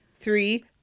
three